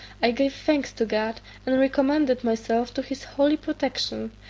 i gave thanks to god and recommended myself to his holy protection,